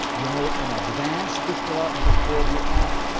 you know in advance before before you act.